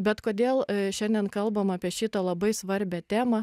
bet kodėl šiandien kalbam apie šitą labai svarbią temą